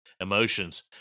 emotions